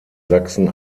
sachsen